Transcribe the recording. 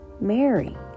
Mary